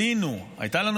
גילינו, הייתה לנו